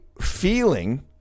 feeling